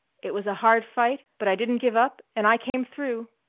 it was a hard fight, but i didn't give up and i came through!